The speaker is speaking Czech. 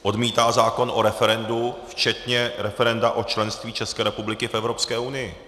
Odmítá zákon o referendu včetně referenda o členství České republiky v Evropské unii.